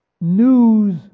News